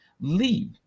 leave